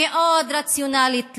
מאוד רציונלית,